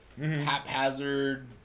haphazard